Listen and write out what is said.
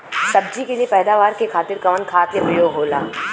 सब्जी के लिए पैदावार के खातिर कवन खाद के प्रयोग होला?